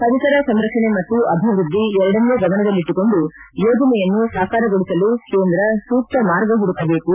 ಪರಿಸರ ಸಂರಕ್ಷಣೆ ಮತ್ತು ಅಭಿವೃದ್ಧಿ ಎರಡನ್ನೂ ಗಮನದಲ್ಲಿಟ್ಟುಕೊಂಡು ಯೋಜನೆಯನ್ನು ಸಾಕಾರಗೊಳಿಸಲು ಕೇಂದ್ರ ಸೂಕ್ತ ಮಾರ್ಗ ಮಡುಕಬೇಕು